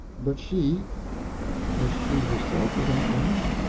but she was she herself without blemish?